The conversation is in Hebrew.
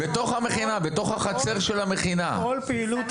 בתוך החצר של המכינה.